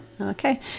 Okay